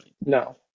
No